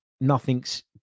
nothing's